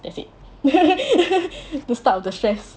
that's it the start of the stress